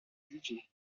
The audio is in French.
juger